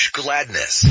gladness